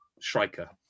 striker